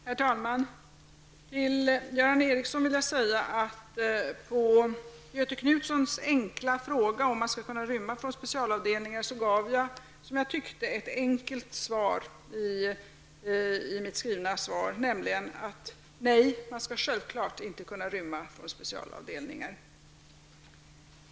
Herr talman! Till Göran Ericsson vill jag säga att jag på Göthe Knutsons enkla fråga om man skall kunna rymma från specialavdelningar gav ett, som jag tyckte, enkelt svar: Nej, man skall självklart inte kunna rymma från specialavdelningar.